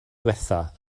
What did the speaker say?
ddiwethaf